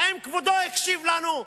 האם כבודו הקשיב לנו?